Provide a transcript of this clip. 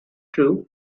true